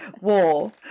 war